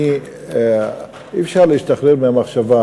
אי-אפשר להשתחרר מהמחשבה